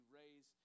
raise